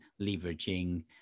leveraging